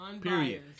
period